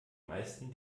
meisten